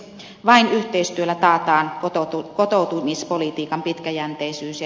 vain yhteistyöllä taataan kotoutumispolitiikan pitkäjänteisyyse